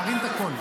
תרים את הקול.